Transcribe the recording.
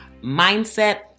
Mindset